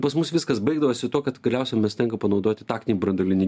pas mus viskas baigdavosi tuo kad galiausia mes tenka panaudoti taktinį branduolinį